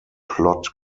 plot